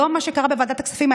מה שהיה לנו היום בוועדת כספים,